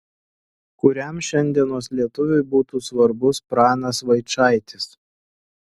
kuriam šiandienos lietuviui būtų svarbus pranas vaičaitis